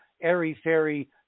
airy-fairy